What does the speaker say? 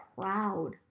proud